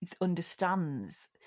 understands